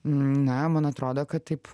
na man atrodo kad taip